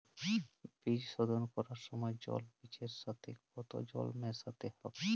বীজ শোধন করার সময় জল বীজের সাথে কতো জল মেশাতে হবে?